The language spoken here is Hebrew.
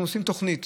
אנחנו עושים תוכנית